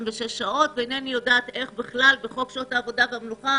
כך ואיני יודעת איך בחוק שעות עבודה ומנוחה